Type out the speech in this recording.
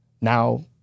now